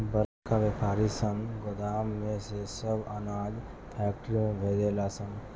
बड़का वायपारी सन गोदाम में से सब अनाज फैक्ट्री में भेजे ले सन